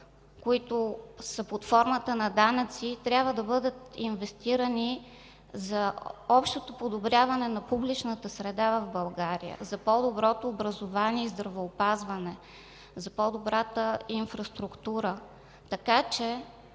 които са под формата на данъци, трябва да бъдат инвестирани за общото подобряване на публичната среда в България, за по-доброто образование и здравеопазване, за по-добрата инфраструктура,